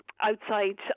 outside